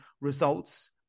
results